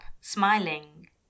smiling